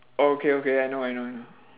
oh okay okay I know I know I know